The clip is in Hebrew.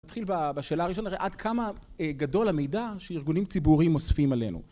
נתחיל בשאלה הראשונה, עד כמה גדול המידע שארגונים ציבוריים מוספים עלינו?